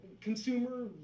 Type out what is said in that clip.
consumer